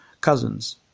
cousins